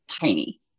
tiny